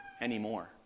anymore